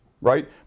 right